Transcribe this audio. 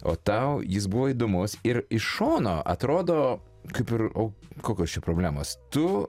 o tau jis buvo įdomus ir iš šono atrodo kaip ir o kokios čia problemos tu